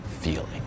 feeling